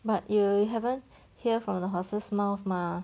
but you haven't hear from the horse's mouth mah